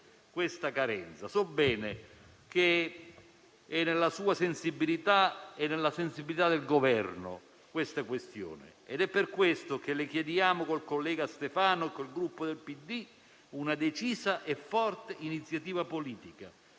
questa carenza. So bene che è nella sua sensibilità e in quella del Governo tale questione ed è per questo che le chiediamo, col collega Stefano e col Gruppo PD, una decisa e forte iniziativa politica,